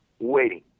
waiting